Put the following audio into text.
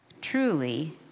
Truly